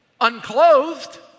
unclothed